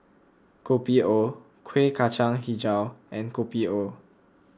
Kopi O Kueh Kacang HiJau and Kopi O